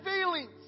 feelings